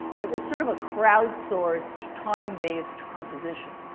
it was sort of a crowdsourced, time-based composition.